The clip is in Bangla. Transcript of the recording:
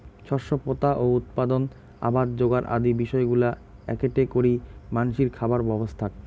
শস্য পোতা ও উৎপাদন, আবাদ যোগার আদি বিষয়গুলা এ্যাকেটে করে মানষির খাবার ব্যবস্থাক